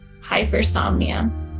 hypersomnia